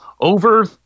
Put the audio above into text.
Over